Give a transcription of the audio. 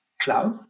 cloud